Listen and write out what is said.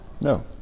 No